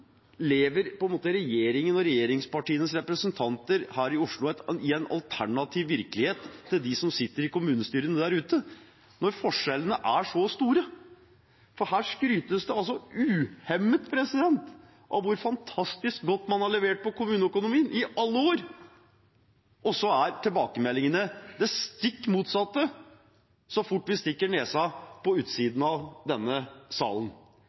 lever i en alternativ virkelighet til dem som sitter i kommunestyrene der ute, når forskjellene er så store. For her skrytes det uhemmet av hvor fantastisk godt man har levert på kommuneøkonomien i alle år, og så er tilbakemeldingene det stikk motsatte så fort vi stikker nesa på utsiden av denne salen.